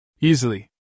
Easily